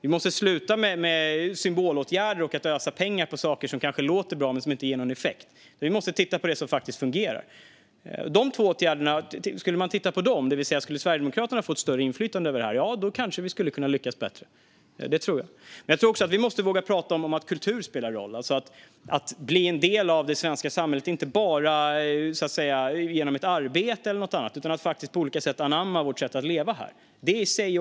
Vi måste sluta med symbolåtgärder och att ödsla pengar på saker som kanske låter bra men inte ger någon effekt. Vi måste titta på det som faktiskt fungerar. Om man skulle titta på sådana åtgärder, det vill säga om Sverigedemokraterna skulle få större inflytande över det här, kanske vi skulle lyckas bättre. Det tror jag. Jag tror också att vi måste våga prata om att kultur spelar en roll. Att man blir en del av det svenska samhället, inte bara genom arbete eller annat utan genom att på olika sätt anamma vårt sätt att leva här, är viktigt i sig.